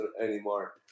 anymore